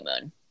moon